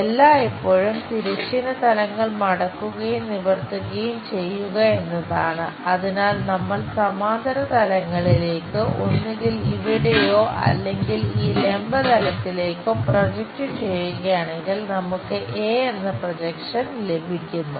A ലഭിക്കുന്നു